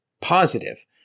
positive